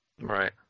Right